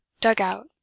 Dugout